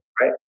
right